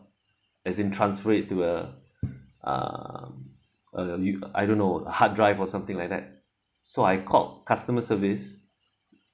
as in transfer it to a um you I don't know hard drive or something like that so I called customer service